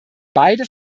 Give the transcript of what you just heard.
beide